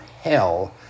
hell